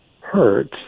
hurt